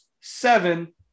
seven